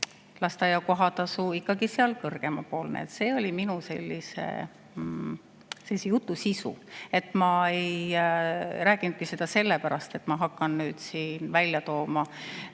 lasteaia kohatasu ikkagi kõrgemapoolne. See oli minu jutu sisu. Ma ei rääkinudki seda sellepärast, et ma hakkan nüüd siin välja tooma